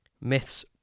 Myths